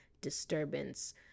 disturbance